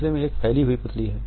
दूसरे में एक फैली हुई पुतली है